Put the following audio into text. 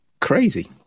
crazy